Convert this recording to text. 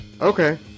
Okay